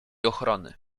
ochrony